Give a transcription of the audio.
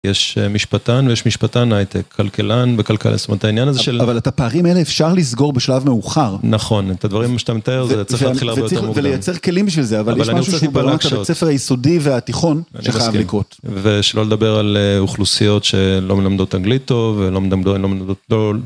יש משפטן ויש משפטן הייטק, כלכלן בכלכלת...זאת אומרת העניין הזה של... אבל את הפערים האלה אפשר לסגור בשלב מאוחר. נכון, את הדברים שאתה מתאר זה צריך להתחיל הרבה יותר מוקדם. ולייצר כלים של זה, אבל יש משהו שהוא ברמת בית הספר היסודי והתיכון שחייב לקרות. ושלא לדבר על אוכלוסיות שלא מלמדות אנגלית טוב ולא מלמדות ...